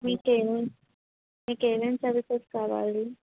మీకు ఏమేమి మీకు ఏమేమి సర్వీసెస్ కావాలి